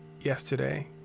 yesterday